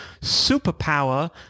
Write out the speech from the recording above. superpower